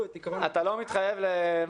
את עקרון --- אתה לא מתחייב למרתון?